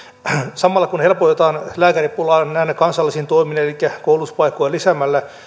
samalla kun helpotetaan lääkäripulaa näillä kansallisilla toimilla elikkä koulutuspaikkoja lisäämällä